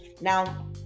Now